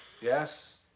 Yes